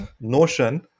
Notion